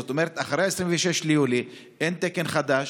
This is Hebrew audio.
זאת אומרת שאחרי 26 ביולי אין תקן חדש,